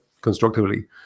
constructively